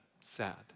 sad